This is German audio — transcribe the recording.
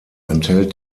enthält